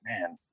man